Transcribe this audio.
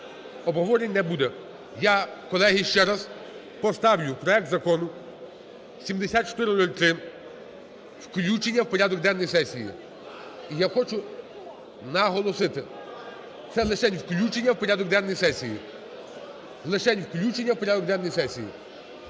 обговорень не буде. Я, колеги, ще раз поставлю проект закону 7403 включення в порядок денний сесії. І я хочу наголосити, це лишень включення в порядок денний сесії,